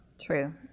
True